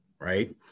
right